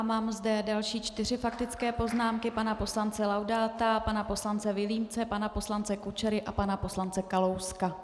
Mám zde další čtyři faktické poznámky: pana poslance Laudáta, pana poslance Vilímce, pana poslance Kučery a pana poslance Kalouska.